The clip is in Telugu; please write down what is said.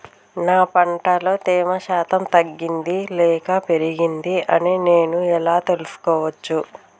నా పంట లో తేమ శాతం తగ్గింది లేక పెరిగింది అని నేను ఎలా తెలుసుకోవచ్చు?